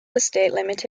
estate